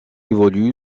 évolue